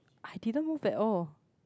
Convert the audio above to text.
I didn't move at all